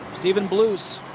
steven bluse.